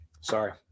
Sorry